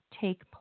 take